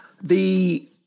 The-